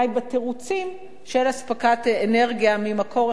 בתירוצים של אספקת אנרגיה ממקור אחד,